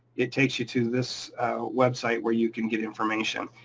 it takes you to this website where you can get information.